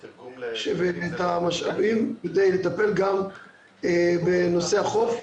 ואת המשאבים כדי לטפל גם בנושא החוף,